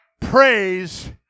Praise